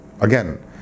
again